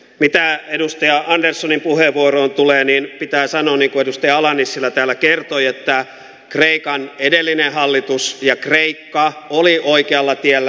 mitä edustaja anderssonin puheenvuoroon tulee niin pitää sanoa niin kuin edustaja ala nissilä täällä kertoi että kreikan edellinen hallitus ja kreikka olivat oikealla tiellä